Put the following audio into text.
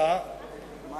של